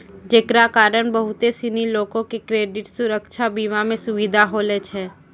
जेकरा कारण बहुते सिनी लोको के क्रेडिट सुरक्षा बीमा मे सुविधा होलो छै